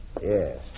Yes